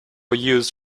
used